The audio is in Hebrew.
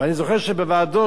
אני זוכר שבוועדת